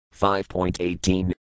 5.18